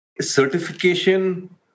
Certification